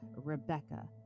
Rebecca